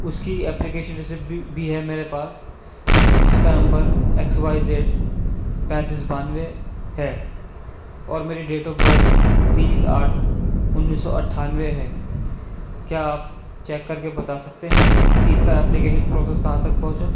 اس کی application receipt بھی ہے میرے پاس جس کا نمبر ایکس وائی زیڈ پینتیس بانوے ہے اور میرے ڈیٹ آف برتھ تیس آٹھ انیس سو اٹھانوے ہے کیا آپ چیک کر کے بتا سکتے ہیں کہ اس کا اپیلیکشن پروسیس کہاں تک پہنچا